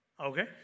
Okay